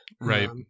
right